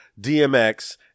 DMX